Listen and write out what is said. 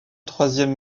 troisième